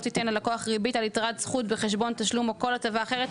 תיתן על לקוח ריבית על יתרת זכות בחשבון תשלום או כל הטבה אחרת,